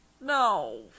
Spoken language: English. no